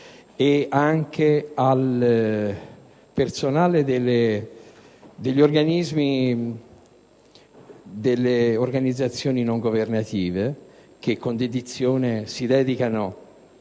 ed al personale delle organizzazioni non governative che con dedizione si dedicano